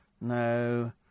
no